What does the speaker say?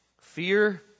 Fear